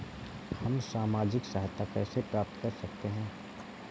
हम सामाजिक सहायता कैसे प्राप्त कर सकते हैं?